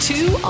Two